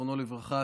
זיכרונו לברכה,